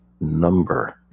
number